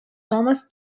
thomas